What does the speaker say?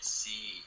see